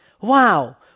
Wow